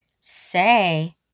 Say